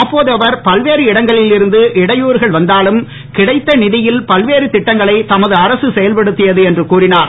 அப்போது அவர் பல்வேறு இடங்களில் இருந்து இடையூறுகள் வந்தாலும் கிடைத்த நிதியில் பல்வேறு திட்டங்களை தமது அரசு செல்படுத்தியது என்று கூறினார்